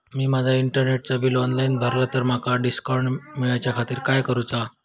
मी माजा इंटरनेटचा bill online भरला तर माका डिस्काउंट मिलाच्या खातीर काय करुचा?